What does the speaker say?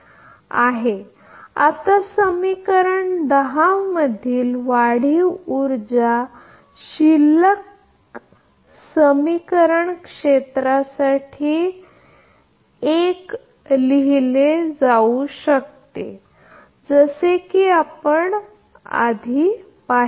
म्हणून आता समीकरण 10 वाढीव उर्जा शिल्लक समीकरण क्षेत्रासाठी एक लिहिले जाऊ शकते जसे आपण आधी पाहिले आहे आपल्याला माहित आहे की हे पहा